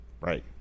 right